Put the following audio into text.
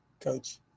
Coach